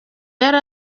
yari